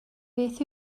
beth